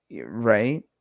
right